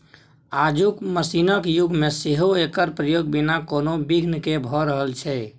आजुक मशीनक युग मे सेहो एकर प्रयोग बिना कोनो बिघ्न केँ भ रहल छै